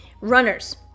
runners